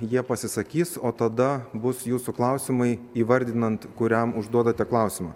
jie pasisakys o tada bus jūsų klausimai įvardinant kuriam užduodate klausimą